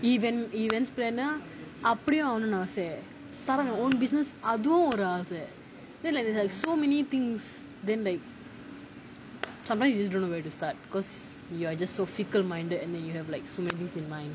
event events planner அப்பிடியும் ஆவனும் ஆச:apidiyum aavanum aasa start out my own business அதுவும் ஆச:athuvum aasa have so many things then like sometimes you don't know where to start because you are just so fickle minded and you have like so many things in mind